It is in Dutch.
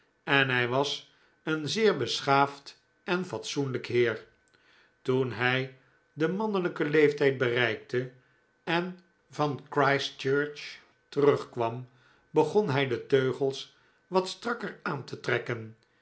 en hij was een zeer beschaafd en fatsoenlijk heer toen hij den mannelijken leeftijd bereikte en van christchurch terugkwam begon hij de teugels wat strakker aan te trekken